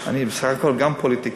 בסך הכול אני גם פוליטיקאי,